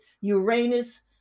Uranus